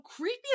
creepy